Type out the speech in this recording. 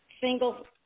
single